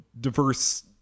diverse